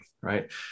right